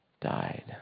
died